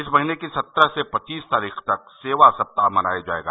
इस महीने की सत्रह से पच्चीस तारीख तक सेवा सप्ताह मनाया जाएगा